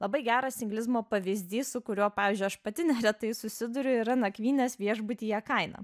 labai geras singlizmo pavyzdys su kuriuo pavyzdžiui aš pati neretai susiduriu yra nakvynės viešbutyje kaina